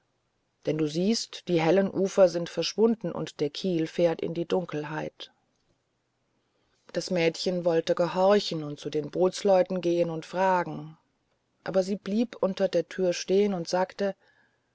denn du siehst die hellen ufer sind verschwunden und der kiel fährt in die dunkelheit das mädchen wollte gehorchen und zu den bootsleuten gehen und fragen aber sie blieb unter der türe stehen und sagte